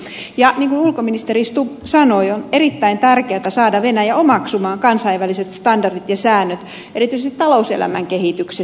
niin kuin ulkoministeri stubb sanoi on erittäin tärkeätä saada venäjä omaksumaan kansainväliset standardit ja säännöt erityisesti talouselämän kehityksessä